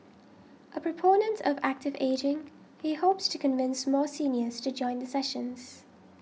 a proponent of active ageing he hopes to convince more seniors to join the sessions